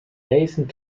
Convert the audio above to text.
mason